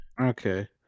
Okay